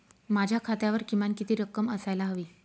माझ्या खात्यावर किमान किती रक्कम असायला हवी?